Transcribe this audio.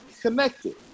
connected